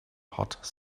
hot